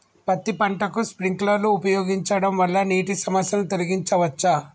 పత్తి పంటకు స్ప్రింక్లర్లు ఉపయోగించడం వల్ల నీటి సమస్యను తొలగించవచ్చా?